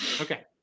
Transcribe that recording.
Okay